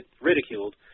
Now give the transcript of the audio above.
ridiculed